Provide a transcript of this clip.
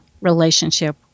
relationship